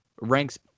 ranks